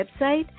website